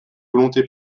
volonté